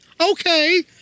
okay